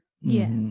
yes